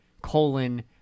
colon